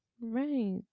Right